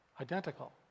Identical